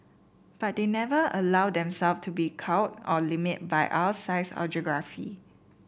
but they never allowed themself to be cowed or limited by our size or geography